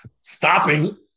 stopping